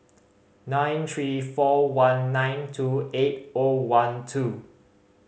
nine three four one nine two eight O one two